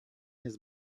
his